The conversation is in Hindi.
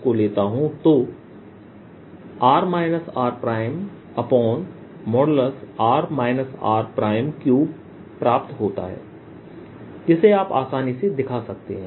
को लेता हूं तो r rr r3प्राप्त होता है जिसे आप आसानी से दिखा सकते हैं